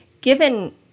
given